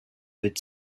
with